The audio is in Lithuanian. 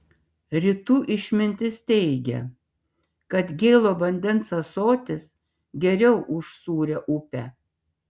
rytų išmintis teigia kad gėlo vandens ąsotis geriau už sūrią upę